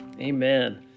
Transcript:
Amen